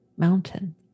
mountain